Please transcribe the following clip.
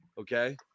Okay